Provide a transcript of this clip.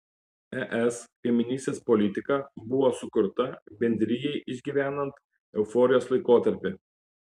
es kaimynystės politika buvo sukurta bendrijai išgyvenant euforijos laikotarpį